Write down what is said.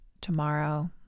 tomorrow